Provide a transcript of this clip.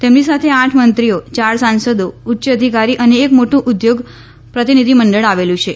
તેમની સાથે આઠ મંત્રીઓ યાર સાંસદો ઉચ્ય અધિકારો અને એક મોટું ઉદ્યોગ પ્રતિનિધિમંડળ આવેલું છે